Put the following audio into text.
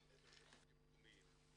גם מקומיים,